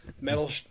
metal